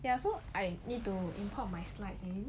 ya so I need to import my slides in